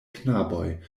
knaboj